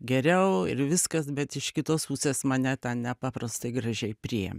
geriau ir viskas bet iš kitos pusės mane ten nepaprastai gražiai priėmė